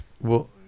Well-